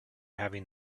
having